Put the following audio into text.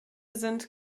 sind